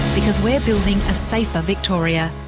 because we are building a safer victoria.